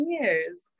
years